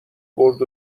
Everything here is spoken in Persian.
برد